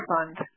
Fund